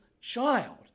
child